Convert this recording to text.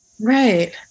Right